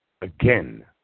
again